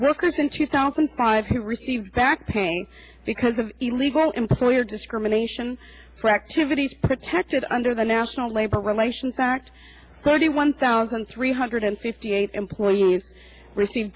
workers in two thousand and five who received back pay because of illegal employer discrimination practive it is protected under the national labor relations act thirty one thousand three hundred fifty eight employees receive